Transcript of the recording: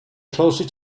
closest